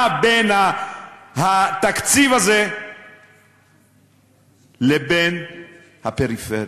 מה בין התקציב הזה לבין הפריפריה?